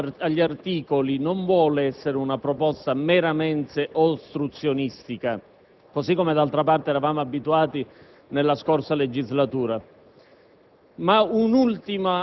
la proposta di non passare all'esame degli articoli non vuole essere una proposta meramente ostruzionistica, così come d'altra parte eravamo abituati nella scorsa legislatura,